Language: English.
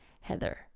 heather